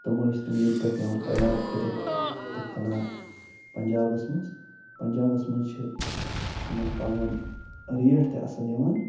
تِم ٲسۍ تِم ییٚتہِ پٮ۪ٹھ نِوان تیار کٔرِتھ تہٕ کٕنان پنٛجابس منٛز پنٛجابس منٛز چھِ تِمن پلون ریٹھ تہِ اَصٕل یِوان